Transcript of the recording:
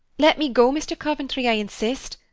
let me go, mr. coventry, i insist.